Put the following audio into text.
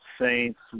saints